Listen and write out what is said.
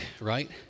right